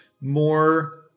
more